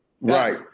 Right